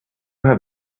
have